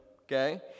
Okay